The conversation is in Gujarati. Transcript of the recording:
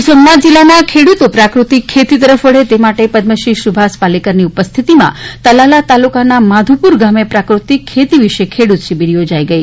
ગીર સોમનાથ જિલ્લાના ખેડૂતો પ્રાકૃતિક ખેતી તરફ વળે તે માટે પદ્મશ્રી સુભાષ પાલેકરની ઉપસ્થિતિમાં તલાલા તાલુકાના માધુપુર ગામે પ્રાકૃતિક ખેતી વિશે ખેડૂત શિબિર યોજાઈ ગઈ